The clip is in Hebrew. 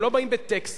הם לא באים במונית,